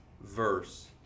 verse